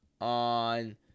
on